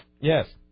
Yes